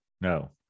No